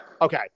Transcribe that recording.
okay